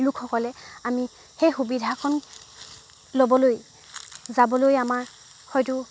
লোকসকলে আমি সেই সুবিধাকণ ল'বলৈ যাবলৈ আমাৰ হয়তো